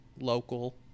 local